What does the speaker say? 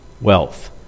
wealth